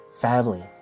Family